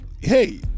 hey